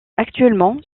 actuellement